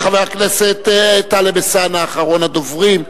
חבר הכנסת טלב אלסאנע, אחרון הדוברים.